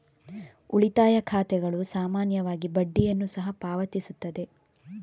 ಉಳಿತಾಯ ಖಾತೆಗಳು ಸಾಮಾನ್ಯವಾಗಿ ಬಡ್ಡಿಯನ್ನು ಸಹ ಪಾವತಿಸುತ್ತವೆ